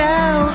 now